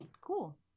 Cool